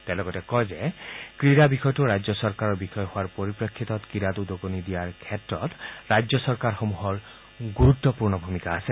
তেওঁ লগতে কয় যে ক্ৰীড়া বিষয়টো ৰাজ্য চৰকাৰৰ বিষয় হোৱাৰ পৰিপ্ৰেক্ষিতক উদগনি দিয়াৰ ক্ষেত্ৰত ৰাজ্য চৰকাৰসমূহৰ গুৰুত্বপূৰ্ণ ভূমিকা আছে